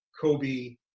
Kobe